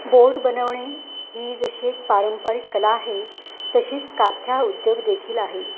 बोट बनवणे ही जशी एक पारंपरिक कला आहे तशीच काथ्या उद्योगदेखील आहे